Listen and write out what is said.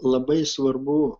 labai svarbu